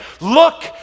Look